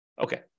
Okay